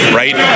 right